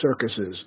circuses